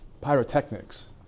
pyrotechnics